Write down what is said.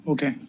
Okay